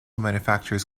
manufactures